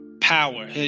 power